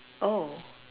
oh